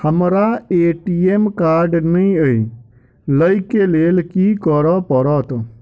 हमरा ATM card नै अई लई केँ लेल की करऽ पड़त?